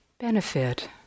benefit